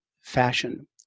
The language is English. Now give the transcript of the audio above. fashion